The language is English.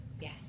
Yes